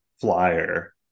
flyer